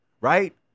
right